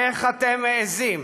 איך אתם מעיזים